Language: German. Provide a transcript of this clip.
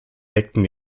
deckten